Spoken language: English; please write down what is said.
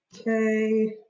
Okay